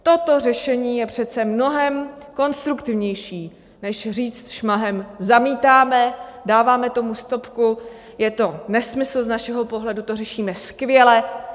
Toto řešení je přece mnohem konstruktivnější než říct šmahem: Zamítáme, dáváme tomu stopku, je to nesmysl, z našeho pohledu to řešíme skvěle.